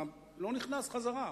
לא נכנס חזרה.